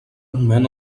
moment